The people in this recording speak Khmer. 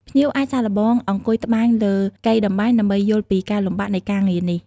ភ្ញៀវអាចសាកល្បងអង្គុយត្បាញលើ កីតម្បាញ ដើម្បីយល់ពីការលំបាកនៃការងារនេះ។